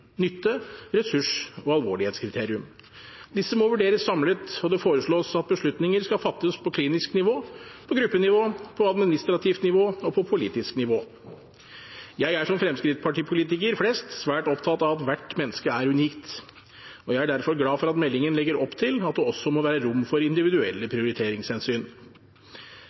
nytte-, et ressurs- og et alvorlighetskriterium. Disse må vurderes samlet, og det foreslås at beslutninger skal fattes på klinisk nivå, på gruppenivå, på administrativt nivå og på politisk nivå. Jeg er, som Fremskrittsparti-politikere flest, svært opptatt av at hvert menneske er unikt. Jeg er derfor glad for at meldingen legger opp til at det også må være rom for individuelle prioriteringshensyn.